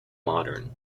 modern